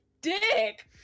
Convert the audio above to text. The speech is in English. dick